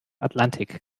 atlantik